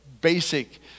basic